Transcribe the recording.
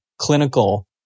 clinical